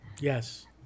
Yes